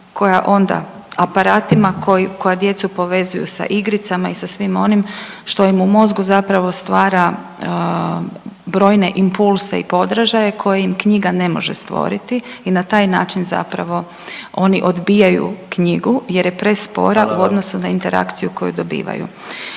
koja onda aparatima koja djecu povezuju sa igricama i sa svim onim što im u mozgu zapravo stvara brojne impulse i podražaje ne može stvoriti i na taj način zapravo oni odbijaju knjigu jer je prespora …/Upadica predsjednik: Hvala